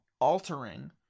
altering